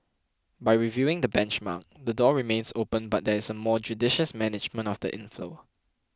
by reviewing the benchmark the door remains open but there is a more judicious management of the inflow